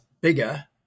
bigger